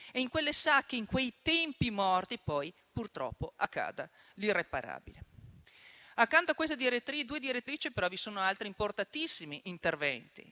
restino delle sacche e in quei tempi morti, purtroppo, accada l'irreparabile. Accanto a queste due direttrici, vi sono altri importantissimi interventi